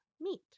meet